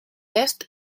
est